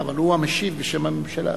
בסדר, אבל הוא המשיב בשם הממשלה.